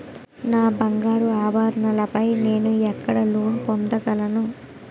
నా బంగారు ఆభరణాలపై నేను ఎక్కడ లోన్ పొందగలను?